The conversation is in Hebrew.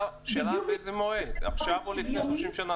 השאלה באיזה מועד, עכשיו או לפני 50 שנה.